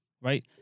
right